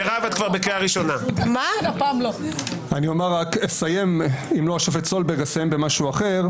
אם לא השופט סולברג, אסיים במשהו אחר.